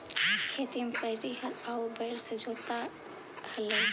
खेत में पहिले हर आउ बैल से जोताऽ हलई